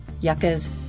yuccas